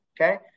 Okay